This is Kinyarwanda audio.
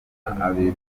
abiri